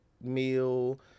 meal